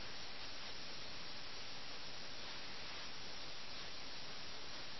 ഇത് രാഷ്ട്രീയ തകർച്ചയുടെ കാരണമായിരുന്നു രാഷ്ട്രീയ തകർച്ചയുടെ ഏറ്റവും അടിത്തട്ട് എന്നർത്ഥം